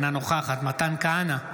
אינה נוכחת מתן כהנא,